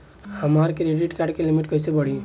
हमार credit card के limit कइसे बढ़ी?